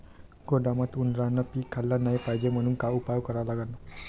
गोदामात उंदरायनं पीक खाल्लं नाही पायजे म्हनून का उपाय करा लागन?